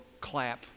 clap